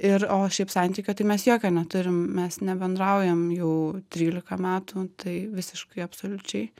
ir o šiaip santykio tai mes jokio neturim mes nebendraujam jau trylika metų tai visiškai absoliučiai